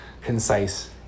concise